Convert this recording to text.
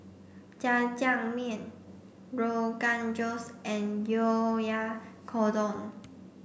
Jajangmyeon Rogan Josh and Oyakodon